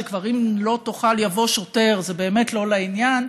אם לא תאכל יבוא שוטר זה באמת לא לעניין,